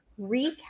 recap